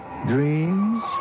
Dreams